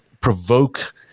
provoke